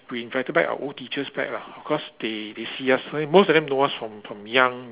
we invited back our old teachers back lah cause they they see us most of them know us from from young